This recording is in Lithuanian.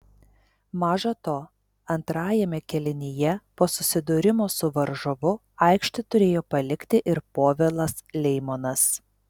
maža to antrajame kėlinyje po susidūrimo su varžovu aikštę turėjo palikti ir povilas leimonas